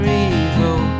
evil